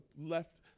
left